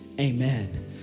amen